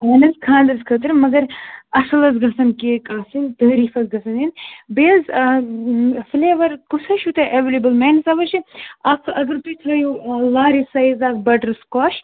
اَہن حظ خانٛدرَس خٲطرٕ مگر اَصٕل حظ گژھن کیک آسٕنۍ تعٲریٖف حظ گژھن یِن بیٚیہِ حظ فٕلیوَر کُس حظ چھُو تۄہہِ اٮ۪ولیبٕل میٛانہِ حسابہٕ حظ چھِ اَکھ اگر تُہۍ تھٲیِو لارٕج سایِز اَکھ بَٹر سُکاش